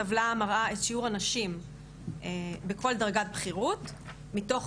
הטבלה מראה את שיעור הנשים בכל דרגת בכירות מתוך